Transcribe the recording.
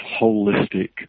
holistic